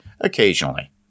occasionally